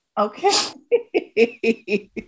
Okay